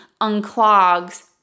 unclogs